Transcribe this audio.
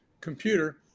computer